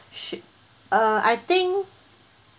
shi~ uh I think